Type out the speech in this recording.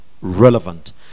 relevant